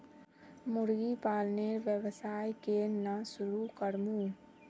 मुर्गी पालनेर व्यवसाय केन न शुरु करमु